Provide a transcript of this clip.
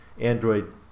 Android